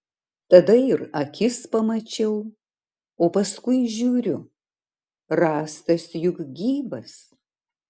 tada ir akis pamačiau o paskui žiūriu rąstas juk gyvas